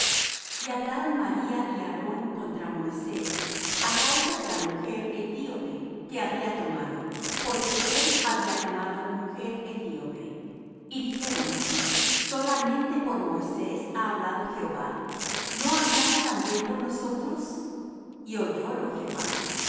y hablaron maría y aarón contra moisés á causa de la mujer ethiope que había tomado porque él había tomado mujer ethiope y dijeron solamente por moisés ha hablado jehová no ha hablado también por nosotros y oyólo jehová